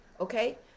okay